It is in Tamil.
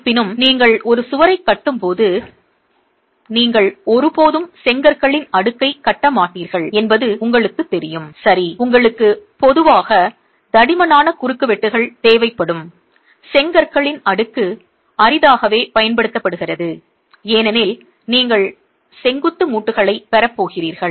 இருப்பினும் நீங்கள் ஒரு சுவரைக் கட்டும் போது நீங்கள் ஒருபோதும் செங்கற்களின் அடுக்கை கட்ட மாட்டீர்கள் என்பது உங்களுக்குத் தெரியும் சரி உங்களுக்கு பொதுவாக தடிமனான குறுக்குவெட்டுகள் தேவைப்படும் செங்கற்களின் அடுக்கு அரிதாகவே பயன்படுத்தப்படுகிறது ஏனெனில் நீங்கள் செங்குத்து மூட்டுகளைப் பெறப் போகிறீர்கள்